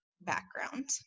background